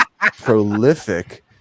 prolific